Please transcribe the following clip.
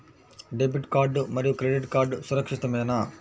Debit card మరియు credit card సురక్షితమేనా?